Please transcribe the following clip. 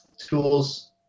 tools